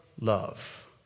love